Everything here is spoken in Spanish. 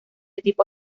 tipo